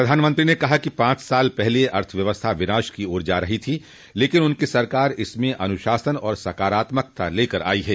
प्रधानमंत्री ने कहा कि पांच साल पहले अर्थव्यवस्था विनाश की ओर जा रही थी लेकिन उनकी सरकार इसमें अनुशासन और सकारात्मकता लेकर आई है